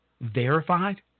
verified